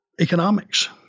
economics